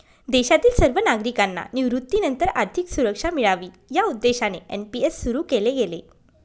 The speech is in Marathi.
देशातील सर्व नागरिकांना निवृत्तीनंतर आर्थिक सुरक्षा मिळावी या उद्देशाने एन.पी.एस सुरु केले गेले